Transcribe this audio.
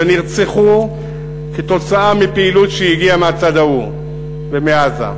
נרצחו כתוצאה מפעילות שהגיעה מהצד ההוא ומעזה,